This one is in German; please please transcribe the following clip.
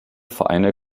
vereine